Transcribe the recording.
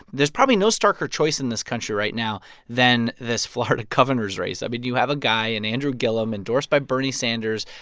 there's probably no starker choice in this country right now than this florida governor's race. i mean, you have a guy in andrew gillum, endorsed by bernie sanders,